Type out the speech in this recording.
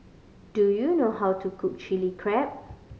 do you know how to cook Chilli Crab